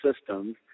systems